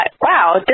wow